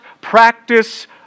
practice